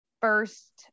first